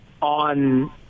on